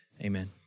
Amen